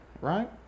Right